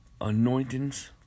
anointings